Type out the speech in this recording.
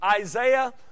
Isaiah